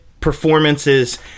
performances